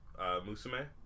Musume